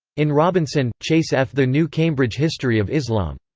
in robinson, chase f. the new cambridge history of islam.